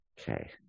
Okay